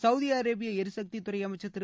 Saudi அரேபிய எரிசக்தி அமைச்சர் திரு